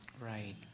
Right